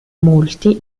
molti